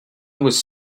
was